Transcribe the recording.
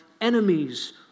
enemies